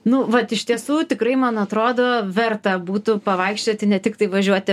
nu vat iš tiesų tikrai man atrodo verta būtų pavaikščioti ne tiktai važiuoti